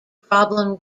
problem